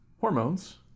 hormones